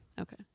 okay